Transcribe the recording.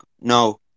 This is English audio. No